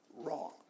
wrong